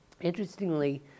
Interestingly